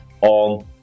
on